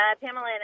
Pamela